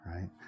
right